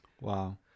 Wow